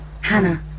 Hannah